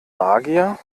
magier